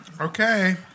Okay